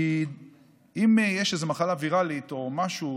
כי אם יש איזו מחלה ויראלית או משהו,